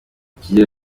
ikigega